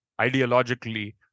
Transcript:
ideologically